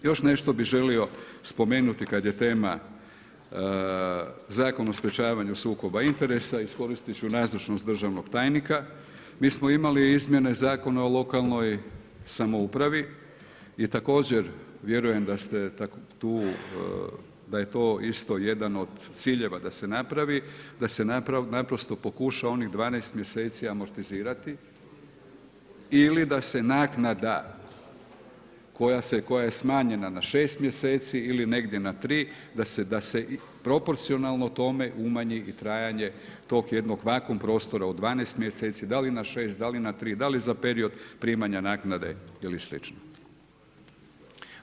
Još nešto bi želio spomenuti kada je tema Zakon o sprječavanju sukoba interesa, iskoristiti ću nazočnost državnog tajnika, mi smo imali izmjene Zakona o lokalnoj samoupravi i također, vjerujem da je to isto jedan od ciljeva da se napravi, da se naprosto pokuša, onih 12 mj. amortizirati ili da se naknada, koja je smanjena na 6 mj. ili negdje na 3 da se proporcionalno tome, umanji i trajanje, tog jednog vakum prostora od 12 mj. da li na 6, da li na 3, da li za period primanja naknade ili slično.